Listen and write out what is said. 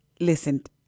listened